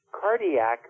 cardiac